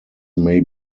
may